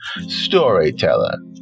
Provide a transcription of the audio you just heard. storyteller